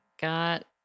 got